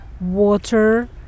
water